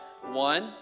One